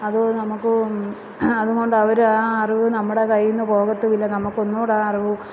അത് നമുക്കും അതും കൊണ്ടവര് ആ അറിവ് നമ്മുടെ കയ്യിൽ നിന്ന് പോകത്തും ഇല്ല നമുക്ക് ഒന്നും കൂടെ അറിവ്